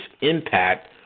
impact